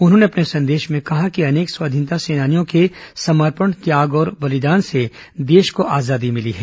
उन्होंने अपने संदेश में कहा कि अनेक स्वाधीनता सेनानियों के समर्पण त्याग और बलिदान से देश को आजादी मिली है